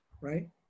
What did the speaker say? right